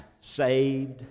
Saved